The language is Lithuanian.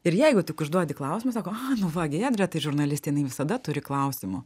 ir jeigu tik užduodi klausimus sako aha nu va giedre tai žurnalistė jinai visada turi klausimų